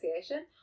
Association